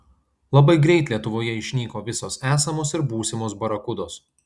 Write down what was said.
labai greit lietuvoje išnyko visos esamos ir būsimos barakudos